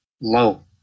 low